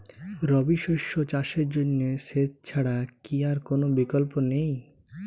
রবি শস্য চাষের জন্য সেচ ছাড়া কি আর কোন বিকল্প নেই?